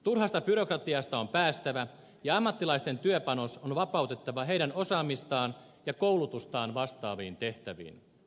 turhasta byrokratiasta on päästävä ja ammattilaisten työpanos on vapautettava heidän osaamistaan ja koulutustaan vastaaviin tehtäviin